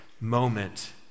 moment